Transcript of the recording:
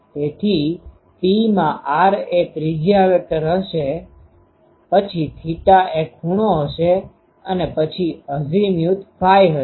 તેથી Pમાં r એ ત્રિજ્યા વેક્ટર હશે પછી θ એ ખૂણો હશે અને પછી અઝીમુથ ϕ હશે